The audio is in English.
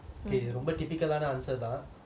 ரொம்ப:romba typical லான:laana answer lah